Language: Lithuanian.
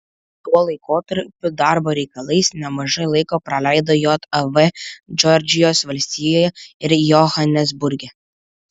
tuo laikotarpiu darbo reikalais nemažai laiko praleido jav džordžijos valstijoje ir johanesburge